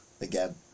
again